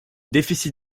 déficit